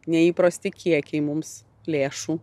neįprosti kiekiai mums lėšų